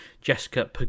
Jessica